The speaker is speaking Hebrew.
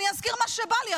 אל תזכירי את השם של הנביא.